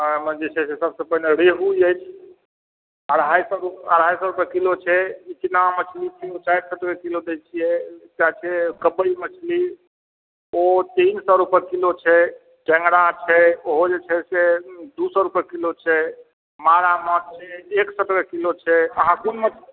हमरा जे छै से सभसँ पहिने रेहू अछि अढ़ाइ सए रु अढ़ाई सए रुपए किलो छै इचना मछली छै चारि सए रुपए किलो दैत छियै एकटा छै कवइ मछली ओ तीन सए रुपए किलो छै टेङ्गरा छै ओहो जे छै से दू सए रुपए किलो छै मारा माछ छै एक सए टके किलो छै अहाँ कोन माछ